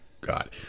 God